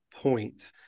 point